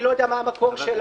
אני לא יודע מה המקור שלה.